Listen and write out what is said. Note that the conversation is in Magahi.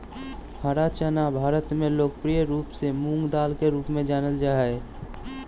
हरा चना भारत में लोकप्रिय रूप से मूंगदाल के रूप में जानल जा हइ